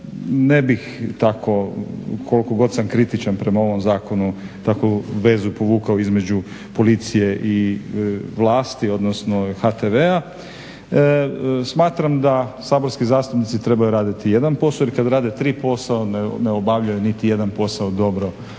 ne bih tako, koliko god sam kritičan prema ovom zakonu tako vezu povukao između policije i vlasti, odnosno HTV-a. Smatram da saborski zastupnici trebaju raditi jedan posao ili kad rade tri posla onda ne obavljaju niti jedan posao dobro